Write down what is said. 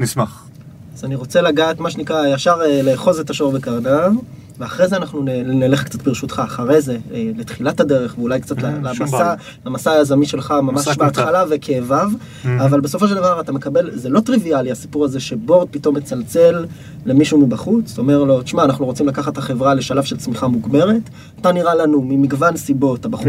נשמח. אז אני רוצה לגעת, מה שנקרא, ישר לאחוז את השור וכרדיו, ואחרי זה אנחנו נלך קצת פ ברשותך, ואחרי זה, לתחילת הדרך ואולי קצת למסע, למסע היזמי שלך ממש בהתחלה וכאביו, אבל בסופו של דבר אתה מקבל, זה לא טריוויאלי הסיפור הזה שבורד פתאום מצלצל למישהו מבחוץ, אומר לו, תשמע, אנחנו רוצים לקחת את החברה לשלב של צמיחה מוגברת, אתה נראה לנו, ממגוון סיבות, הבחור...